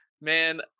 man